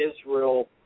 Israel